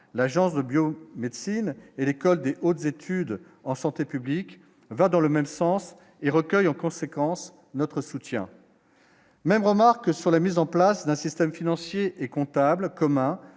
l'agence de bio-médecine et l'École de hautes études en santé publique va dans le même sens et recueille en conséquence notre soutien. Même remarque sur la mise en place d'un système financier et comptable commun